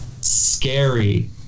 scary